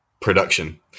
production